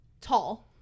tall